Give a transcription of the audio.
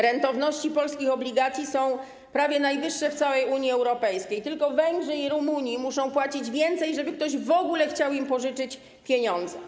Rentowności polskich obligacji są prawie najwyższe w całej Unii Europejskiej, tylko Węgrzy i Rumuni muszą płacić więcej, żeby ktoś w ogóle chciał im pożyczyć pieniądze.